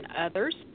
others